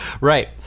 right